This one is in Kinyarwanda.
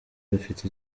dufite